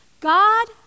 God